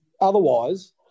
otherwise